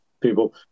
People